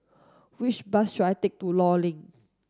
which bus should I take to Law Link